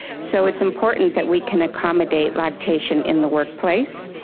so it's important that we can accommodate lactation in the workplace.